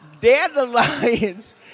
Dandelions